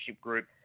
group